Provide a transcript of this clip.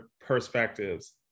perspectives